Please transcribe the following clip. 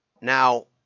Now